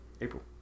April